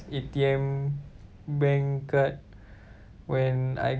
A_T_M bank card when I